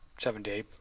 seven-day